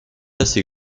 assez